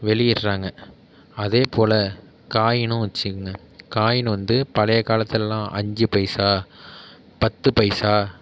வெளியிடுறாங்க அதே போல் காயினும் வச்சுங்க காயின் வந்து பழைய காலத்துலெலாம் அஞ்சு பைசா பத்து பைசா